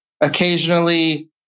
occasionally